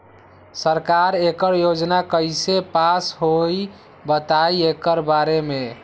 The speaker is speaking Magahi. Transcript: सरकार एकड़ योजना कईसे पास होई बताई एकर बारे मे?